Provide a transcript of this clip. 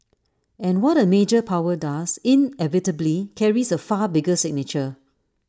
and what A major power does inevitably carries A far bigger signature